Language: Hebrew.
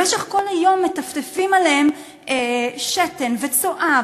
במשך כל היום מטפטפים עליהם שתן וצואה,